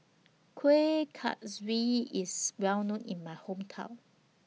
Kuih Kaswi IS Well known in My Hometown